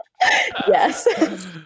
Yes